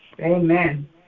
Amen